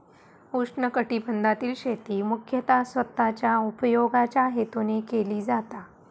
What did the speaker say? उष्णकटिबंधातील शेती मुख्यतः स्वतःच्या उपयोगाच्या हेतून केली जाता